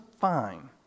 fine